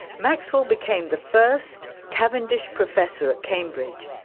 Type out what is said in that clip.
maxwell became the first cavendish professor at cambridge,